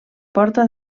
porta